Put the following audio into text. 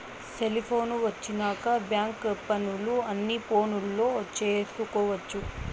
cellphone వచ్చినాక bank పనులు అన్ని ఫోనులో చేసుకొవచ్చు